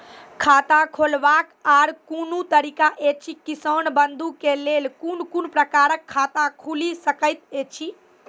खाता खोलवाक आर कूनू तरीका ऐछि, किसान बंधु के लेल कून कून प्रकारक खाता खूलि सकैत ऐछि?